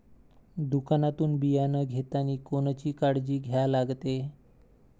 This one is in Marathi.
दुकानातून बियानं घेतानी कोनची काळजी घ्या लागते?